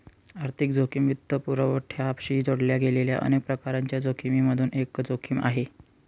आर्थिक जोखिम वित्तपुरवठ्याशी जोडल्या गेलेल्या अनेक प्रकारांच्या जोखिमिमधून एक जोखिम आहे